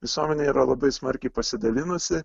visuomenė yra labai smarkiai pasidalinusi